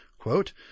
quote